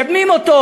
מקדמים אותו?